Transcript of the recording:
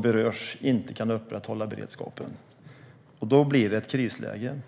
kommuner inte kan upprätthålla beredskapen. Då blir det ett krisläge.